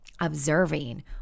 observing